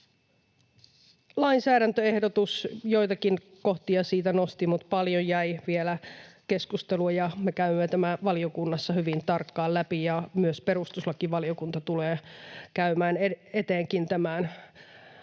lainsäädäntöehdotus. Joitakin kohtia siitä nostin, mutta paljon jäi vielä keskustelua, ja me käymme tämän valiokunnassa hyvin tarkkaan läpi. Myös perustuslakivaliokunta tulee tämän käymään